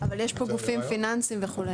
יש פה גופים פיננסים וכו',